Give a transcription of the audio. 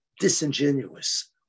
disingenuous